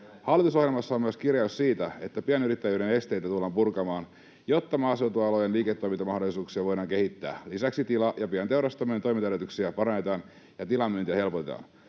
Hallitusohjelmassa on myös kirjaus siitä, että pienyrittäjyyden esteitä tullaan purkamaan, jotta maaseutualojen liiketoimintamahdollisuuksia voidaan kehittää. Lisäksi tila- ja pienteurastamojen toimintaedellytyksiä parannetaan ja tilamyyntiä helpotetaan.